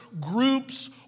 groups